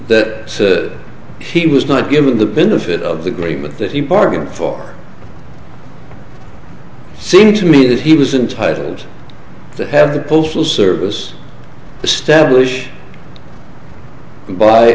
that he was not given the benefit of the great myth that he bargained for seemed to me that he was in titles to have the postal service establish by